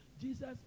Jesus